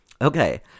Okay